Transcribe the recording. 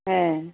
হ্যাঁ